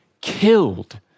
killed